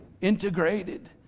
integrated